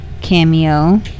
cameo